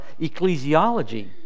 ecclesiology